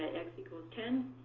and x equals ten.